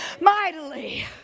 mightily